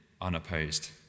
unopposed